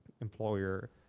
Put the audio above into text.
employer